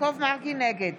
נגד